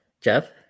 Jeff